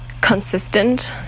consistent